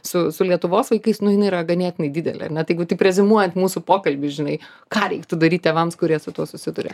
su su lietuvos vaikais nu jinai yra ganėtinai didelė ar ne tai jeigu taip reziumuojant mūsų pokalbį žinai ką reiktų daryt tėvams kurie su tuo susiduria